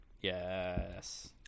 Yes